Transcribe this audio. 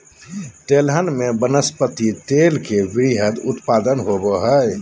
तिलहन में वनस्पति तेल के वृहत उत्पादन होबो हइ